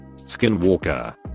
skinwalker